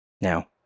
Now